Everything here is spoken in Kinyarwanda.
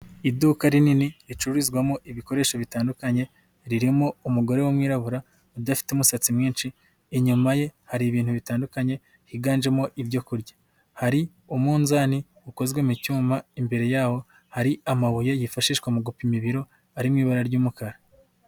Iduka rinini ricururizwamo ibikoresho bitandukanye ririmo umugore w'umwirabura udafite umusatsi mwinshi, inyuma ye hari ibintu bitandukanye higanjemo ibyo kurya, hari umunzani ukozwe mu cyuma, imbere yaho hari amabuye yifashishwa mu gupima ibiro ari mu ibara ry'umukara.